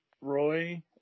Roy